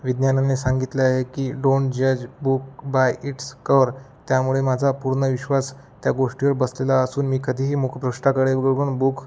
विज्ञानाने सांगितल्या आहे की डोंट जज बुक बाय इट्स कवर त्यामुळे माझा पूर्ण विश्वास त्या गोष्टीवर बसलेला असून मी कधीही मुखपृष्ठाकडे बघून बुक